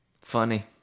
Funny